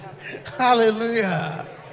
Hallelujah